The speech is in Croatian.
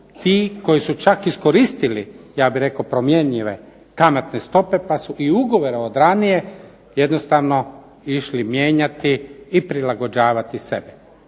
ti koji su čak iskoristili ja bih rekao promjenjive kamatne stope, pa su i ugovore od ranije jednostavno išli mijenjati i prilagođavati sebi.